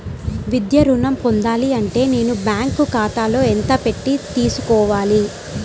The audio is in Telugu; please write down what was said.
విద్యా ఋణం పొందాలి అంటే నేను బ్యాంకు ఖాతాలో ఎంత పెట్టి తీసుకోవాలి?